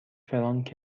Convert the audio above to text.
فرانک